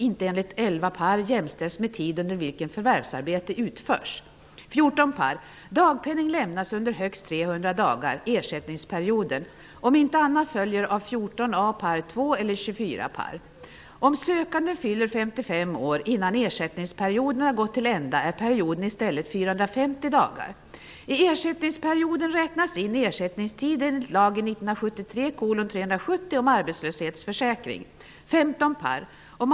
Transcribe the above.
1993 medlemmarnas avgifter ca 3 % av den utbetalade arbetslöshetsersättningen. Om alla arbetande medborgare är med och finansierar försäkringen via skattsedeln bör de också ha lika rättigheter om de blir arbetslösa. Den vid årsskiftet införda obligatoriska avgiften pekar i samma riktning. Avgiften tas ut av alla med förvärvsinkomster över viss nivå.